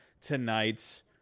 tonight's